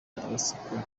agatsiko